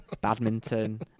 Badminton